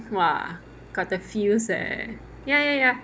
!wah! got the feels eh ya ya ya